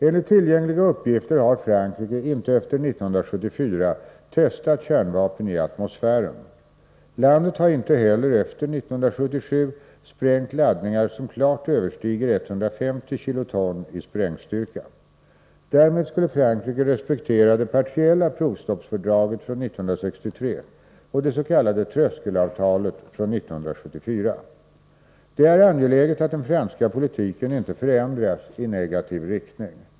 Enligt tillgängliga uppgifter har Frankrike inte efter 1974 testat kärnvapen i atmosfären. Landet har inte heller efter 1977 sprängt laddningar som klart överstiger 150 kt i sprängstyrka. Därmed skulle Frankrike respektera det partiella provstoppsfördraget från 1963 och det s.k. tröskelavtalet från 1974. Det är angeläget att den franska politiken inte förändras i negativ riktning.